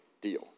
deal